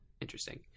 Interesting